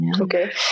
Okay